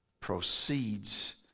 proceeds